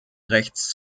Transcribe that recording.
rechts